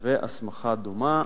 ולהסמכה דומה.